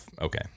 Okay